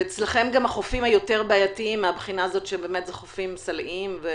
ואצלכם גם החופים היותר בעייתיים מהבחינה הזאת שאלה חופים סלעיים.